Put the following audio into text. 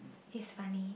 he's funny